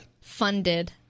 funded